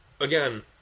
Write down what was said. again